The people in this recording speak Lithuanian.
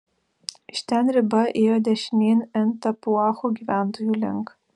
iš ten riba ėjo dešinėn en tapuacho gyventojų link